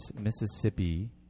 Mississippi